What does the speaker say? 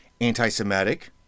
anti-Semitic